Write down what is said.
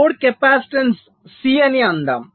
load capacitance C అని అందాం